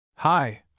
Hi